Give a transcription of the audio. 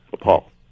Paul